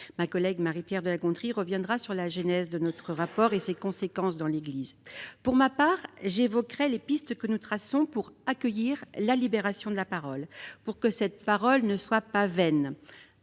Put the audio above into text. Ma collègue Marie-Pierre de la Gontrie reviendra sur la genèse de notre rapport et sur ses conséquences dans l'Église. Pour ma part, j'évoquerai les pistes que nous traçons pour accueillir la libération de la parole, afin qu'elle ne soit pas vaine.